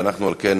על כן,